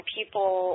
people